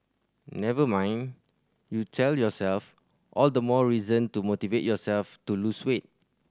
never mind you tell yourself all the more reason to motivate yourself to lose weight